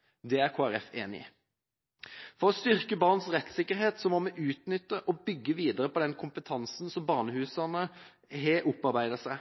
er Kristelig Folkeparti enig i. For å styrke barns rettssikkerhet må vi utnytte og bygge videre på den kompetansen som barnehusene har opparbeidet seg.